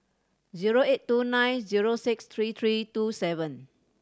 zero eight two nine zero six three three two seven